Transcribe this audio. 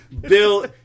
Bill